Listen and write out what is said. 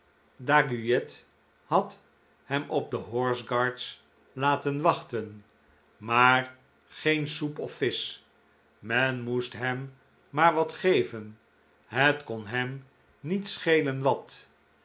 daguilet had hem op de horse guards laten wachten maar geen soep of visch men moest hem maar wat geven het kon hem niet schelen wat